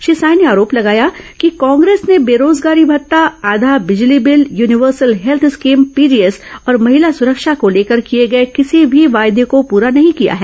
श्री साय ने आरोप लगाया है कि कांग्रेस ने बेरोजगारी भत्ता आधा बिजली bill universal health scheme PDS और महिला सुरक्षा को लेकर किए गए किसी भी वायदें को पुरा नहीं किया है